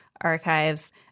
archives